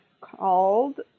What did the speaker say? called